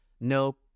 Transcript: Nope